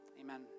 Amen